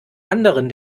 anderen